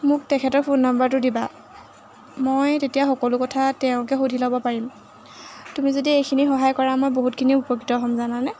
মোক তেখেতৰ ফোন নাম্বাৰটো দিবা মই তেতিয়া সকলো কথা তেওঁকে সুধি ল'ব পাৰিম তুমি যদি এইখিনি সহায় কৰা মই বহুতখিনি উপকৃত হ'ম জানানে